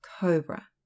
cobra